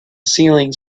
ceiling